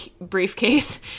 briefcase